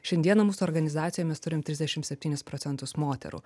šiandieną mūsų organizacijoj mes turime trisdešim septynis procentus moterų